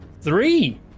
three